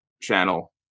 channel